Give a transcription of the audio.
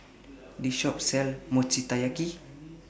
This Shop sells Mochi Taiyaki